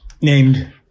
named